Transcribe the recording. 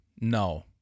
no